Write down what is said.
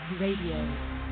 Radio